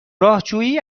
راهجویی